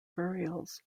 burials